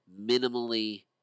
minimally